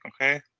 okay